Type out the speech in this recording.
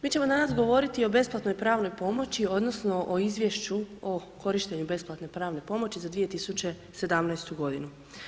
Mi ćemo danas govoriti o besplatnoj pravnoj pomoći, odnosno o Izvješću o korištenju besplatne pravne pomoći za 2017. godinu.